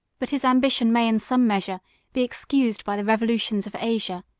but his ambition may in some measure be excused by the revolutions of asia,